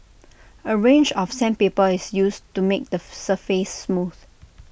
A range of sandpaper is used to make the surface smooth